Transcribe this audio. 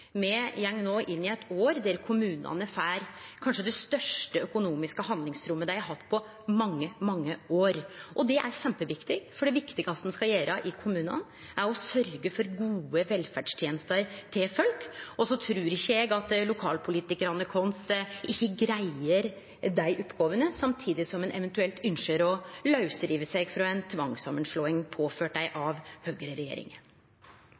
Me går no inn i eit år der kommunane får kanskje det største økonomiske handlingsrommet dei har hatt på mange, mange år. Det er kjempeviktig, for det viktigaste ein skal gjere i kommunane, er å sørgje for gode velferdstenester til folk. Og så trur ikkje eg at lokalpolitikarane våre ikkje greier dei oppgåvene samtidig som ein eventuelt ynskjer å lausrive seg frå ei tvangssamanslåing påført dei av høgreregjeringa.